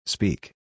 Speak